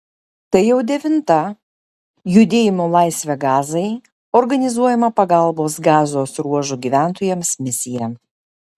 tai jau devinta judėjimo laisvę gazai organizuojama pagalbos gazos ruožo gyventojams misija